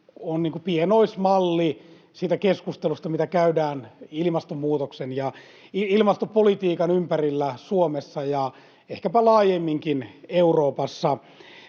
kuin pienoismalli siitä keskustelusta, mitä käydään ilmastonmuutoksen ja ilmastopolitiikan ympärillä Suomessa ja ehkäpä laajemminkin Euroopassa.